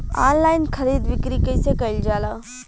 Online खरीद बिक्री कइसे कइल जाला?